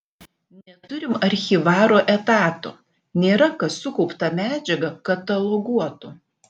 neturim archyvaro etato nėra kas sukauptą medžiagą kataloguotų